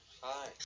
Hi